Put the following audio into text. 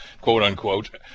quote-unquote